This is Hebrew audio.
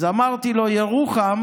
אז אמרתי לו: ירוחם